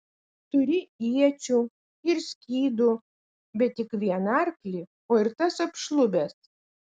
turi iečių ir skydų bet tik vieną arklį o ir tas apšlubęs